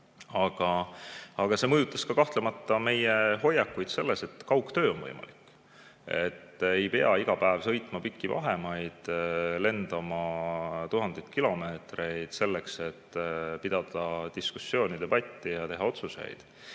[kriis] mõjutas kahtlemata ka meie hoiakuid, et kaugtöö on võimalik. Ei pea iga päev sõitma pikki vahemaid, lendama tuhandeid kilomeetreid, et pidada diskussiooni, debatti ja teha otsuseid.